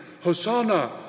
Hosanna